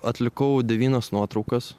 atlikau devynias nuotraukas